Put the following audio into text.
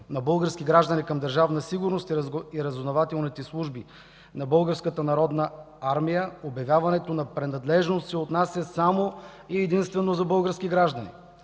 на български граждани към Държавна сигурност и разузнавателните служби на Българската народна армия, обявяването на принадлежност се отнася само и единствено до български граждани.